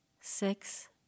Six